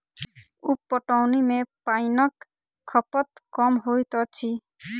उप पटौनी मे पाइनक खपत कम होइत अछि